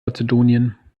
mazedonien